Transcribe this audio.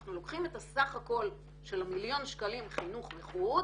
אנחנו לוקחים את הסך הכל של המיליון שקלים חינוך וחוץ